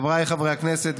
חבריי חברי הכנסת,